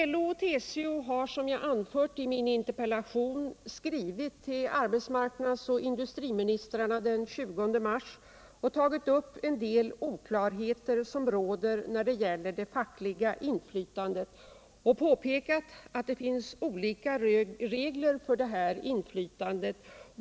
LO och TCO har, som jag anfört i min interpellation, skrivit till arbetsmarknads och industriministrarna den 20 mars och tagit upp en del oklarheter som råder när det gäller det fackliga inflytandet och påpekat att det finns olika regler för detta inflytande.